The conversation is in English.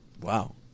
Wow